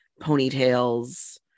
ponytails